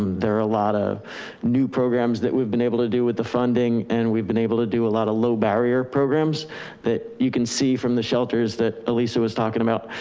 there are a lot of new programs that we've been able to do with the funding, and we've been able to do a lot of low barrier programs that you can see from the shelters that elissa was talking about,